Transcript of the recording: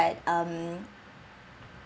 um